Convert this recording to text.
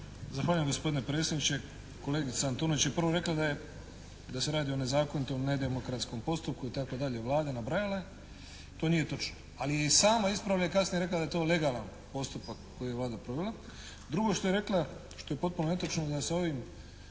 Zahvaljujem gospodine predsjedniče. Kolegica Antunović je prvo rekla da se radi o nezakonitom, nedemokratskom postupku itd. Vlade. Nabrajala je. To nije točno. Ali je i sama ispravila kasnije i rekla da je to legalan postupak koji je Vlada provela. Drugo što je rekla, što je potpuno netočno da se ovim,